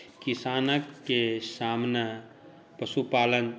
किसानक के सामने पशुपालन